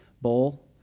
bowl